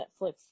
Netflix